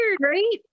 right